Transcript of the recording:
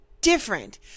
different